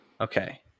Okay